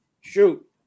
Shoot